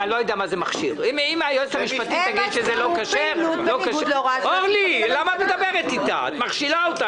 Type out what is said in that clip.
-- הם עשו פעילות בניגוד להוראת היועץ המשפטי לממשלה.